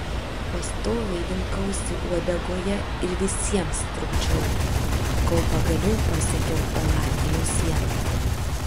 pastoviai vilkausi uodegoje ir visiems trukdžiau kol pagaliau pasiekiau olandijos sieną